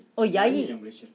oh yayi